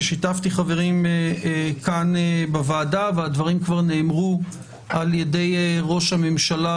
ושיתפתי חברים כאן בוועדה והדברים כבר נאמרו על ידי ראש הממשלה,